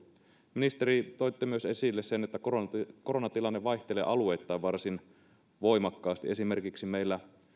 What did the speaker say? ministeri toitte esille myös sen että koronatilanne koronatilanne vaihtelee alueittain varsin voimakkaasti esimerkiksi meillä